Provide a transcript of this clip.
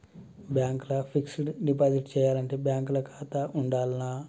Bank ల fixed deposit చేయాలంటే bank ల ఖాతా ఉండాల్నా?